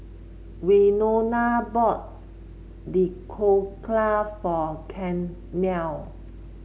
Wynona bought Dhokla for Carnell